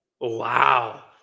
wow